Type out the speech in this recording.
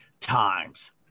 times